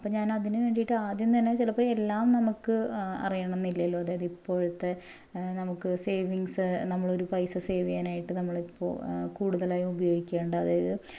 അപ്പം ഞാനതിന് വേണ്ടീട്ട് ആദ്യം തന്നെ ചിലപ്പോൾ എല്ലാം നമുക്ക് അറിയണംന്നില്ലല്ലോ അതായത് ഇപ്പോഴത്തെ നമുക്ക് സേവിങ്സ് നമ്മളൊരു പൈസ സേവ് ചെയ്യാനായിട്ട് നമ്മളിപ്പോൾ കൂടുതലായും ഉപയോഗിക്കേണ്ട അതായത്